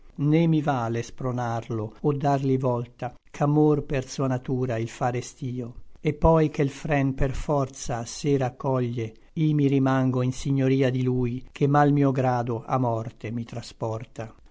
né mi vale spronarlo o dargli volta ch'amor per sua natura il fa restio et poi che l fren per forza a sé raccoglie i mi rimango in signoria di lui che mal mio grado a morte mi trasporta